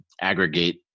aggregate